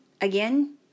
again